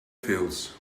fields